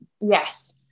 Yes